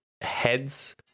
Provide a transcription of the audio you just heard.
Heads